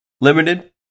limited